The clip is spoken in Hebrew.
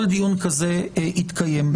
כל דיון כזה התקיים,